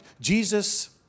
Jesus